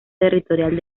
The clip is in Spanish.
territorial